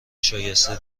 شایسته